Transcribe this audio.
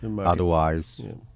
otherwise